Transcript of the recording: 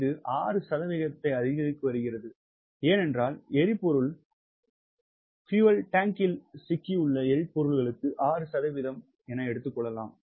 இது 6 சதவிகிதத்தை அதிகரித்து வருகிறது ஏனென்றால் எரிபொருள் தொட்டியில் சிக்கியுள்ள எரிபொருட்களுக்கு 6 சதவிகிதம் என சொல்லலாம்